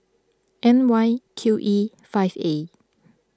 N Y Q E five A